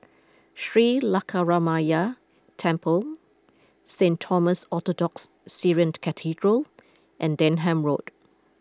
Sri Lankaramaya Temple Saint Thomas Orthodox Syrian Cathedral and Denham Road